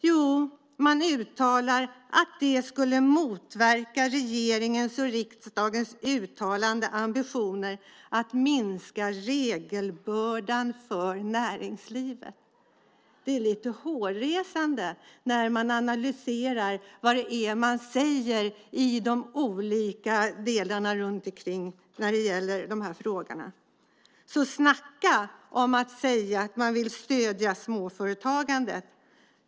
Jo, man uttalar att det skulle motverka regeringens och riksdagens uttalade ambitioner att minska regelbördan för näringslivet. Det är lite hårresande när man analyserar vad som sägs i de här frågorna. Så snacka om att säga att man vill stödja småföretagandet!